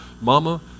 Mama